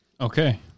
Okay